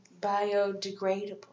biodegradable